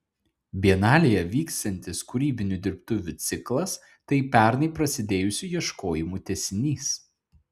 bienalėje vyksiantis kūrybinių dirbtuvių ciklas tai pernai prasidėjusių ieškojimų tęsinys